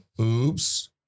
Oops